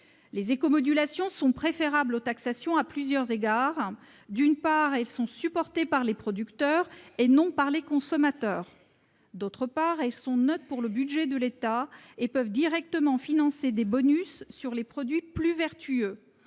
Les éco-modulations sont préférables aux taxations à plusieurs égards. D'une part, elles sont supportées par les producteurs et non par les consommateurs ; d'autre part, elles sont neutres pour le budget de l'État et peuvent directement financer des bonus sur les produits plus vertueux,